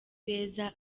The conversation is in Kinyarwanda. beza